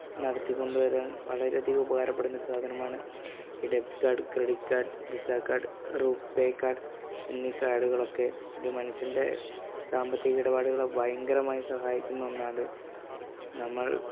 നടത്തിക്കൊണ്ട് വരാൻ വളരെ അധികം ഉപകാരപ്പെടുന്ന ഒരു സാധനമാണ് ഈ debit card credit card Visa card RuPay card എന്നീ കാർഡുകളൊക്കെ ഇത് മനുഷ്യൻ്റെ സാമ്പത്തിക ഇടപാടുകളെ ഭയങ്കരമായി സഹായിക്കുന്ന ഒന്നാണ് നമ്മൾ